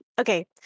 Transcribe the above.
Okay